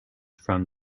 from